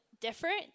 different